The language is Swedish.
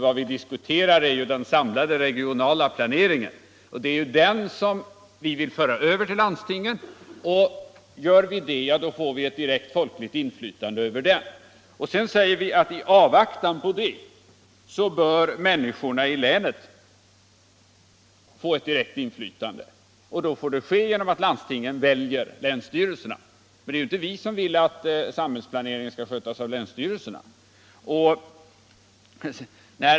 Vad vi diskuterar är ju den sam lade regionala planeringen. Det är den vi vill föra över till landstingen. Gör vi det får vi ett direkt folkligt inflytande över den. Sedan säger vi att människorna i länet i avvaktan på detta bör få ett direkt inflytande, och det får då ske genom att landstingen väljer länsstyrelserna. Men det är ju inte vi som vill att samhällsplaneringen skall skötas av länsstyrelserna.